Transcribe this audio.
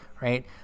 Right